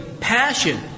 passion